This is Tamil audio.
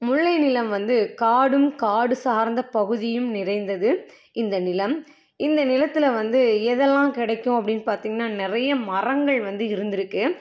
முல்லை நிலம் வந்து காடும் காடு சார்ந்த பகுதியும் நிறைந்தது இந்த நிலம் இந்த நிலத்தில் வந்து எதெல்லாம் கிடைக்கும் அப்படின்னு பார்த்தீங்கன்னா நிறைய மரங்கள் வந்து இருந்துருக்குது